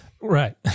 Right